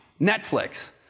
Netflix